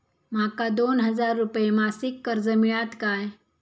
माका दोन हजार रुपये मासिक कर्ज मिळात काय?